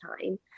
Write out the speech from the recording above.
time